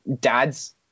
dad's